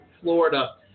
Florida